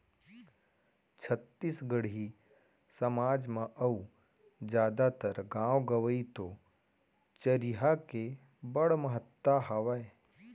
छत्तीसगढ़ी समाज म अउ जादातर गॉंव गँवई तो चरिहा के बड़ महत्ता हावय